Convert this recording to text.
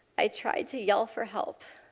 i tried to yell for help.